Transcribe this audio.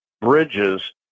bridges